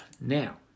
Now